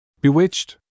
Bewitched